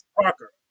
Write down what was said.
Parker